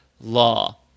law